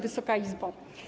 Wysoka Izbo!